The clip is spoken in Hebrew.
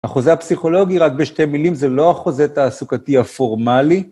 החוזה הפסיכולוגי, רק בשתי מילים, זה לא החוזה תעסוקתי הפורמלי.